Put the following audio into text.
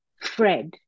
Fred